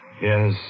Yes